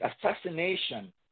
assassination